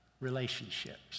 relationships